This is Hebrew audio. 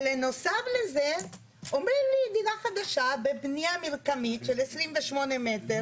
ובנוסף לזה אומר לי דירה חדשה בבנייה מרקמית של 28 מטר,